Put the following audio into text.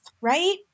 right